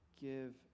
Give